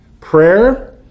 prayer